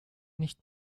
nicht